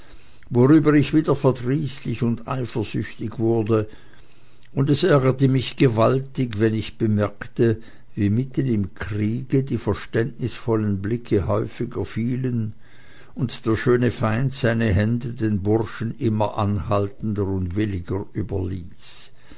worüber ich wieder verdrießlich und eifersüchtig wurde und es ärgerte mich gewaltig wenn ich bemerkte wie mitten im kriege die verständnisvollen blicke häufiger fielen und der schöne feind seine hände den burschen immer anhaltender und williger überließ